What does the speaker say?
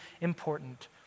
important